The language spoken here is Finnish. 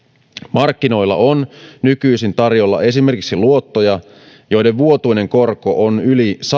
markkinoilla on nykyisin tarjolla esimerkiksi luottoja joiden vuotuinen korko on yli sata